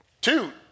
Two